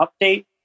update